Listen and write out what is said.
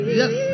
yes